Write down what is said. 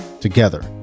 together